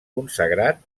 consagrat